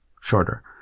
shorter